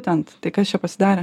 ten tai kas čia pasidarė